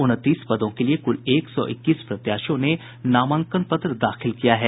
उनतीस पदों के लिए कुल एक सौ इक्कीस प्रत्याशियों ने नामांकन पत्र दाखिल किया है